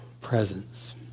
Presence